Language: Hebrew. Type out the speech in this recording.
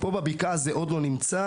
פה בבקעה זה עוד לא נמצא,